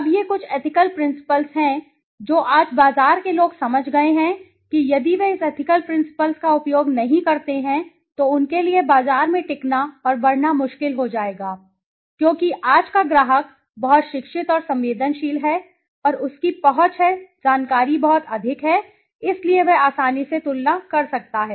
अब ये कुछ एथिकल प्रिंसिपल्स हैं जो आज बाजार के लोग समझ गए हैं कि यदि वे इस एथिकल प्रिंसिपल्स का उपयोग नहीं करते हैं तो उनके लिए बाजार में टिकना और बढ़ना बहुत मुश्किल हो जाएगा क्योंकि आज का ग्राहक बहुत शिक्षित और संवेदनशील है और उसकी पहुंच है जानकारी बहुत अधिक है इसलिए वह आसानी से तुलना कर सकता है